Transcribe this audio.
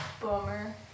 Bummer